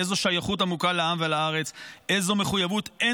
איזו שייכות עמוקה לעם ולארץ,